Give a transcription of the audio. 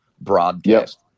broadcast